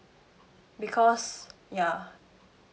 because ya